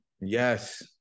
Yes